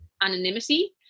anonymity